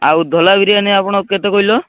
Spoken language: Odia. ଆଉ ଢୋଲା ବିରିୟାନୀ ଆପଣ କେତେ କହିଲ